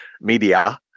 media